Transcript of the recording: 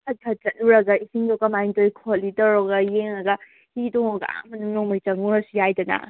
ꯁꯠꯁꯠ ꯆꯠꯂꯨꯔꯒ ꯏꯁꯤꯡꯗꯣ ꯀꯃꯥꯏꯅ ꯇꯧꯏ ꯈꯣꯠꯂꯤ ꯇꯧꯔꯒ ꯌꯦꯡꯉꯒ ꯍꯤ ꯇꯣꯡꯉꯒ ꯑꯥ ꯃꯅꯨꯡ ꯅꯣꯡꯃꯩ ꯆꯪꯉꯨꯔꯁꯨ ꯌꯥꯏꯗꯅ